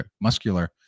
muscular